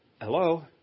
hello